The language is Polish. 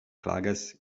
klages